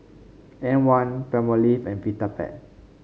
M one Palmolive and Vitapet